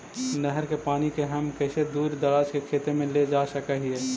नहर के पानी के हम कैसे दुर दराज के खेतों में ले जा सक हिय?